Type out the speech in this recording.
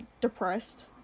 depressed